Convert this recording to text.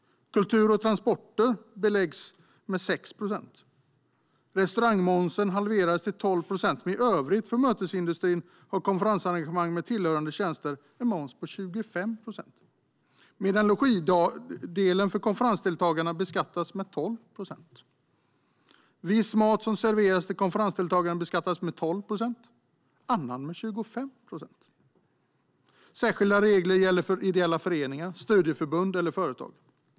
Kultur och transporter beläggs med 6 procent. Restaurangmomsen har halverats till 12 procent, men för mötesindustrin i övrigt har konferensarrangemang med tillhörande tjänster en moms på 25 procent medan logidelen för konferensdeltagarna beskattas med 12 procent. Viss mat som serveras till konferensdeltagare beskattas med 12 procent, annan med 25 procent. Särskilda regler gäller för ideella föreningar och företag samt studieförbund.